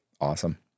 Awesome